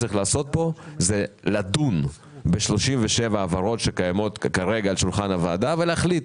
צריך לדון פה ב-37 העברות שקיימות כרגע על שולחן הוועדה ולהחליט